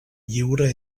lliure